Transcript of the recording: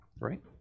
right